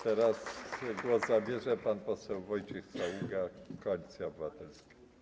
Teraz głos zabierze pan poseł Wojciech Saługa, Koalicja Obywatelska.